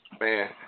Man